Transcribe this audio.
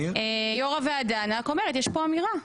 יו"ר הוועדה, אני רק אומרת, יש פה אמירה.